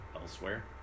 elsewhere